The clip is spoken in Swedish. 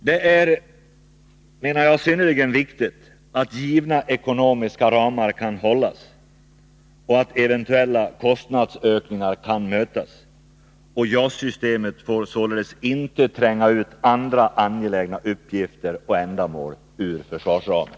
Det är, menar jag, synnerligen viktigt att givna ekonomiska ramar kan hållas och att eventuella kostnadsökningar kan mötas. JAS-systemet får således inte tränga ut andra angelägna uppgifter och ändamål ur försvarsramen.